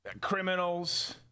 Criminals